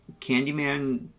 Candyman